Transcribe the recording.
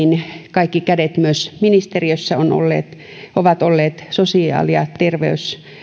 kaikki kädet myös ministeriössä ovat olleet ovat olleet sosiaali ja terveys